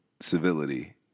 civility